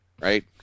right